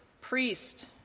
priest